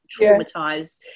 traumatized